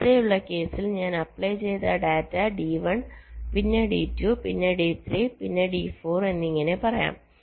നേരത്തെയുള്ള കേസിൽ ഞാൻ അപ്ലൈ ചെയ്ത ഡാറ്റ D1 പിന്നെ D2 പിന്നെ D3 പിന്നെ D4 എന്നിങ്ങനെ പറയാം